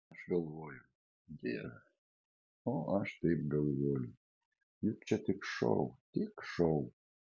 aš galvoju dieve o aš taip galvoju juk čia tik šou tik šou